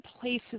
places